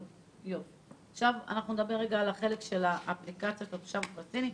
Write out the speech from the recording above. עכשיו נדבר על חלק האפליקציה לתושב הפלסטיני.